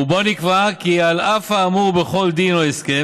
ובו נקבע כי על אף האמור בכל דין או הסכם,